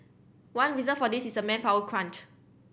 one reason for this is a manpower crunch